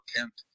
Kent